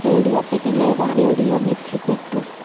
radio City లేదా Radio Mirchi పెట్టు